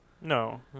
No